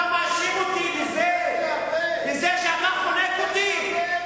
אתה מאשים אותי בזה שאתה חונק אותי?